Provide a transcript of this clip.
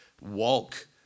walk